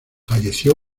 falleció